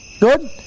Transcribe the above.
Good